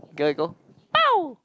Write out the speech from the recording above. the guy will go pow